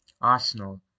Arsenal